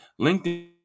LinkedIn